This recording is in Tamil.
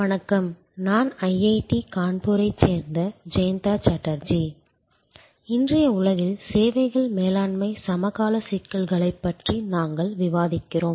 வணக்கம் நான் ஐஐடி கான்பூரைச் சேர்ந்த ஜெயந்தா சாட்டர்ஜி இன்றைய உலகில் சேவைகள் மேலாண்மை சமகால சிக்கல்களைப் பற்றி நாங்கள் விவாதிக்கிறோம்